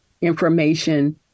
information